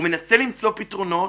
הוא מנסה למצוא פתרונות.